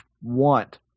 want